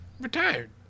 retired